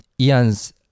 Ian's